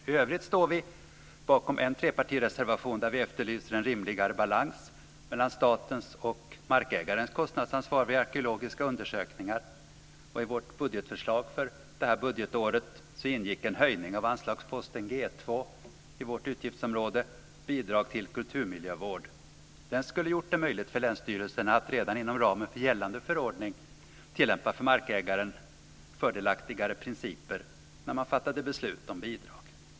I övrigt står vi bakom en trepartireservation där vi efterlyser en rimligare balans mellan statens och markägarens kostnadsansvar vid arkeologiska undersökningar. I vårt budgetförslag för detta budgetår ingick en höjning av anslagsposten G2 på vårt utgiftsområde - bidrag till kulturmiljövård. Den skulle gjort det möjligt för länsstyrelserna att redan inom ramen för gällande förordning tillämpa för markägaren fördelaktigare principer när man fattade beslut om bidrag.